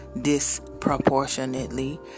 disproportionately